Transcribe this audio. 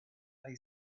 they